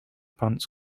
pants